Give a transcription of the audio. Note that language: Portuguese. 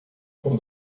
com